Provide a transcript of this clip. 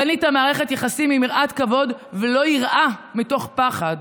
בנית מערכת יחסים עם יראת כבוד ולא יראה מתוך פחד.